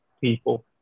people